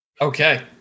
okay